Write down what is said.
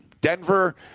Denver